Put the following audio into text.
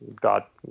got